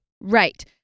Right